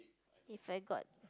If I got